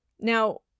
Now